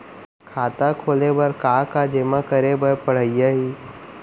खाता खोले बर का का जेमा करे बर पढ़इया ही?